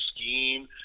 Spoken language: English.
scheme